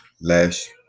last